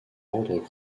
ordre